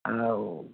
ଆମେ ଆଉ